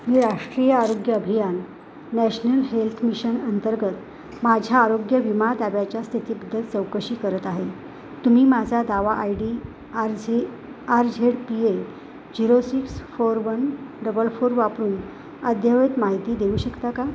मी राष्ट्रीय आरोग्य अभियान नॅशनल हेल्थ मिशन अंतर्गत माझ्या आरोग्य विमा दाव्याच्या स्थितीबद्दल चौकशी करत आहे तुम्ही माझा दावा I D R Z R Z P A zero six four one double four वापरून अद्ययावत माहिती देऊ शकता का